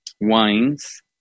wines